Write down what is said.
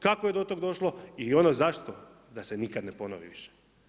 Kako je do tog došlo i ono zašto da se nikad ne ponovi više.